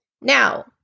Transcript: Now